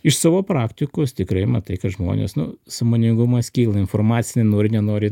iš savo praktikos tikrai matai kad žmonės nu sąmoningumas kyla informacija nenori nenori